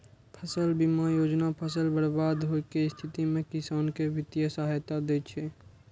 फसल बीमा योजना फसल बर्बाद होइ के स्थिति मे किसान कें वित्तीय सहायता दै छै